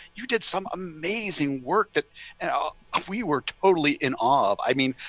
you did some amazing work that you know ah we were totally in awe of. i mean,